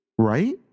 Right